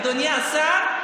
אדוני השר,